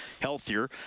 healthier